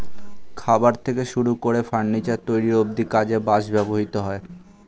খাবার থেকে শুরু করে ফার্নিচার তৈরি অব্ধি কাজে বাঁশ ব্যবহৃত হয়